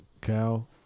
cow